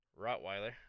rottweiler